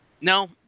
No